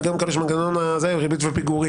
וגם כאלו שמנגנון החישוב שלהם הוא ריבית ופיגורים.